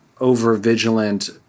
over-vigilant